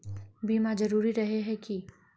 बीमा जरूरी रहे है की?